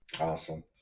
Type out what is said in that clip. Awesome